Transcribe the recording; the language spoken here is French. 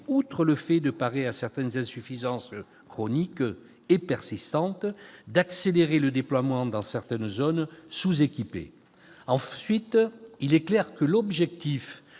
outre le fait de parer à certaines insuffisances chroniques et persistantes, d'accélérer le déploiement dans certaines zones sous-équipées. Ensuite, il est clair que l'objectif